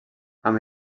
amb